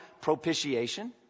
propitiation